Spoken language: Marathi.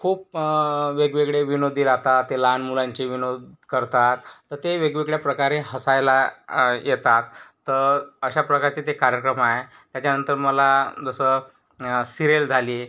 खूप वेगवेगळे विनोदी राहतात ते लहान मुलांचे विनोद करतात तर ते वेगवेगळ्या प्रकारे हसायला येतात तर अशा प्रकारचे ते कार्यक्रम आहे त्याच्यानंतर मला जसं सिरियल झाली